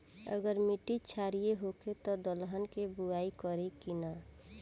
अगर मिट्टी क्षारीय होखे त दलहन के बुआई करी की न?